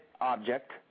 object